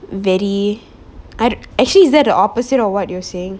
very err actually is that the opposite of what you're saying